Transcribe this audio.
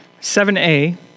7A